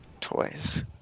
Toys